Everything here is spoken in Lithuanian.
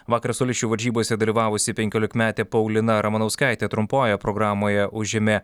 vakar solisčių varžybose dalyvavusi penkiolikmetė paulina ramanauskaitė trumpojoje programoje užėmė